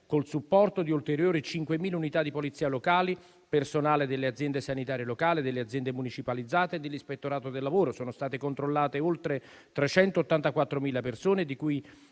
col supporto di ulteriori 5.000 unità di polizia locale, di personale delle aziende sanitarie locali, delle aziende municipalizzate e dell'ispettorato del lavoro. Sono state controllate oltre 384.000 persone, di cui